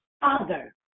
Father